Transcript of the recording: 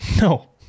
No